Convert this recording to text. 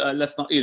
ah let's not, yeah